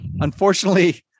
Unfortunately